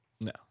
No